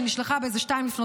שנשלחה באיזה 02:00,